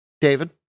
David